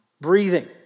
breathing